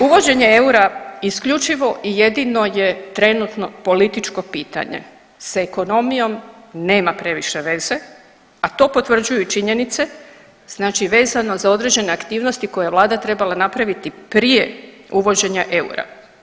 Uvođenje eura isključivo i trenutno je političko pitanje sa ekonomijom nema previše veze, a to potvrđuju i činjenice, znači vezano za određene aktivnosti koje je Vlada trebala napraviti prije uvođenja eura.